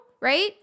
right